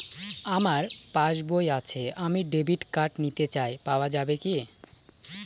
আমার পাসবই আছে আমি ডেবিট কার্ড নিতে চাই পাওয়া যাবে কি?